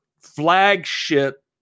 flagship